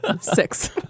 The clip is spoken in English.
Six